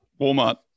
Walmart